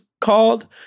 called